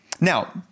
Now